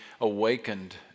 awakened